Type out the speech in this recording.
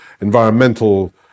environmental